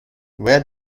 where